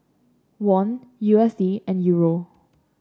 Won U S D and Euro